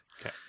Okay